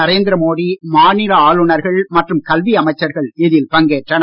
நரேந்திரமோடி மாநில ஆளுநர்கள் மற்றும் கல்வி அமைச்சர்கள் இதில் பங்கேற்றனர்